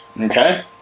Okay